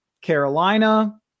Carolina